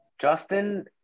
Justin